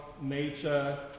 nature